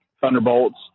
Thunderbolts